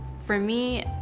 for me,